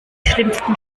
schlimmsten